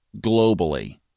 globally